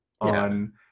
on